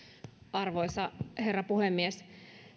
arvoisa herra puhemies